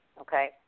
okay